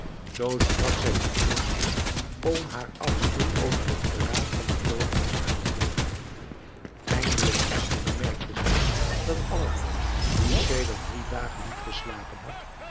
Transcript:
zoo sprak zij nog veel meer om haar afschuw over het verraad van den toovenaar uit te drukken eindelijk echter bemerkte zij dat aladdin die sedert drie dagen niet geslapen had